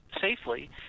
safely